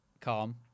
Calm